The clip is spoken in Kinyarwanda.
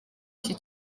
iki